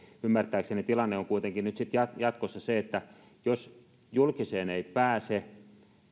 ymmärtääkseni tilanne on kuitenkin nyt nyt sitten jatkossa tämä jos julkiselle ei pääse ja